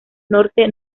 norte